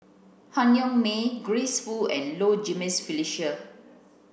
Han Yong May Grace Fu and Low Jimenez Felicia